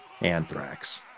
anthrax